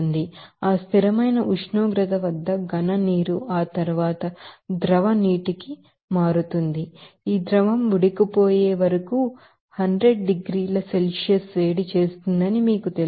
కాబట్టి ఆ స్థిరమైన ఉష్ణోగ్రత వద్ద ఘన నీరు ఆ తర్వాత ద్రవ నీటికి మారుతుంది ఈ ద్రవం ఉడికిపోయే వరకు 100 డిగ్రీల సెల్సియస్ వేడి చేస్తుందని మీకు తెలుసు